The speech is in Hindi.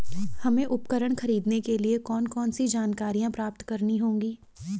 हमें उपकरण खरीदने के लिए कौन कौन सी जानकारियां प्राप्त करनी होगी?